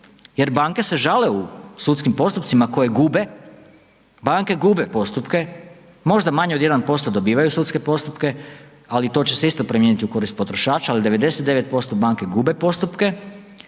jer banke se žale u sudskim postupcima koje gube, banke gube postupke, možda manje od 1% dobivaju sudske postupke ali to će se isto promijeniti u korist potrošača ali 99% banke gube postupke